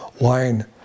wine